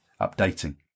updating